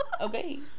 okay